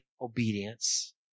obedience